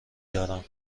دارم